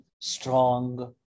strong